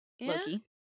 loki